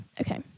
okay